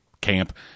camp